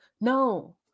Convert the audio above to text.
no